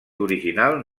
original